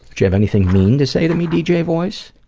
do you have anything mean to say to me dj voice?